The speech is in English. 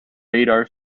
radar